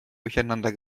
durcheinander